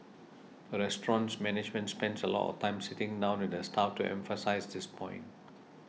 the restaurant's management spends a lot of time sitting down with the staff to emphasise this point